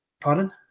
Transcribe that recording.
pardon